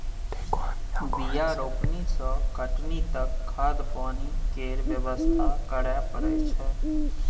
बीया रोपनी सँ कटनी तक खाद पानि केर बेवस्था करय परय छै